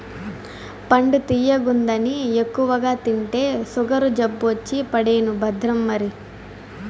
పండు తియ్యగుందని ఎక్కువగా తింటే సుగరు జబ్బొచ్చి పడేను భద్రం మరి